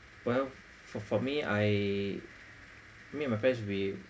well for for me I me and my friends we